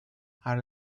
are